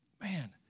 man